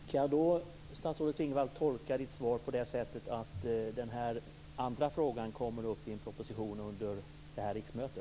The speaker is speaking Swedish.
Fru talman! Kan jag tolka statsrådet Klingvalls svar på det sättet att den andra frågan kommer upp i en proposition under detta riksmöte?